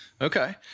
Okay